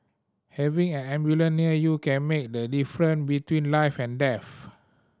having an ambulance near you can make the difference between life and death